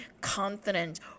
confident